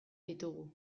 ditugu